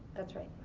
that's right.